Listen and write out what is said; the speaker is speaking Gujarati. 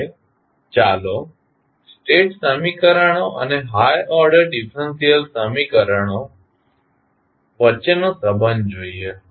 હવે ચાલો સ્ટેટ સમીકરણો અને હાઇ ઓર્ડર ડીફરન્સીયલ સમીકરણો વચ્ચેનો સંબંધ જોઈએ